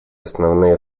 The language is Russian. основные